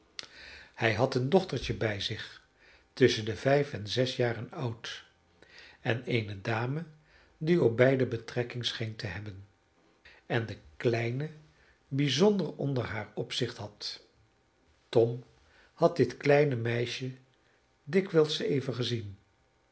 hij had een dochtertje bij zich tusschen de vijf en zes jaren oud en eene dame die op beiden betrekking scheen te hebben en de kleine bijzonder onder haar opzicht had tom had dit kleine meisje dikwijls even gezien